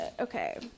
Okay